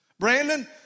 Brandon